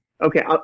Okay